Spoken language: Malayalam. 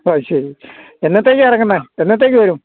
അതുശരി എന്നത്തേക്കാണ് ഇറങ്ങുന്നത് എന്നത്തേക്ക് വരും